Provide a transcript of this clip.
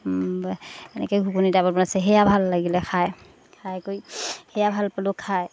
এনেকৈ ঘুগুনি টাইপত বনাইছে সেয়া ভাল লাগিলে খায় খাই কৰি সেয়া ভাল পালোঁ খায়